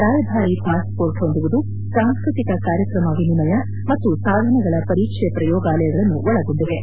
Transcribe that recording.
ರಾಯಭಾರಿ ಪಾಸ್ಪೋರ್ಟ್ ಹೊಂದುವುದು ಸಾಂಸ್ಕತಿಕ ಕಾರ್ಯಕ್ರಮ ವಿನಿಮಯ ಮತ್ತು ಸಾಧನಗಳ ಪರೀಕ್ಷೆ ಪ್ರಯೋಗಾಲಯಗಳನ್ನು ಒಳಗೊಂಡಿವೆ